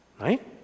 Right